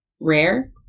Rare